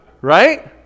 right